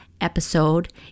episode